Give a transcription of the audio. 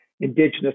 indigenous